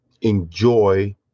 enjoy